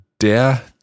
der